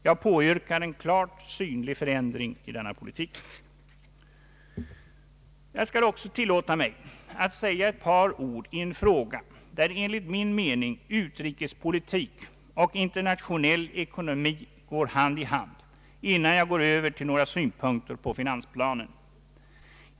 Jag påyrkar en klart synlig förändring i denna politik. Jag skall också tillåta mig att säga ett par ord i en fråga där enligt min mening utrikespolitik och internationell ekonomi går hand i hand, innan jag går över till några synpunkter på finansplanen.